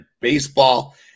baseball